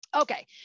Okay